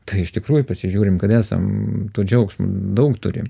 tai iš tikrųjų pasižiūrim kad esam to džiaugsmo daug turim